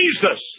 Jesus